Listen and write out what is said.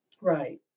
Right